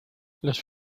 los